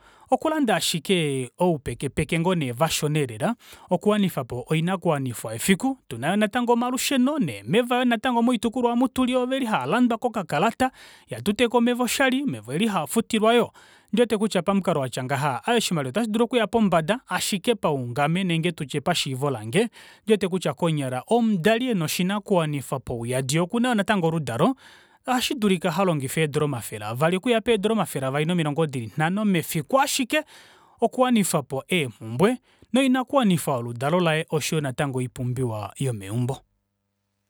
Okulanda aashike oupekepeke ngoo nee vashona elela okuwanifapo oinakuwanifwa yefiku otuna yoo natango omalusheno neemeva moitukulwa omu tuli oveli haalandwa kokakalata ihatuteke omeva oshali omeva okuli haafutilwa yoo ondiwete kutya pamukalo watya ngaha aaye oshimaliwa otashidulu okukala shaya pombada ashike paungame nenge tutye pashiivo lange ondiwete kutya konyala omudali ena oshinakuwanifwa pauyadi yee okuna yoo natango oludalo ohashidulika halongifa eedora omafele eli avali okuya peedora omafele eli avali nomilongo dili nanho mefiku ashike okuwanifapo eemumbwe noinakuwanifwa yoludalo laye oshoyo natango oipumbiwa yomeumbo